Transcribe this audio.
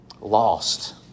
lost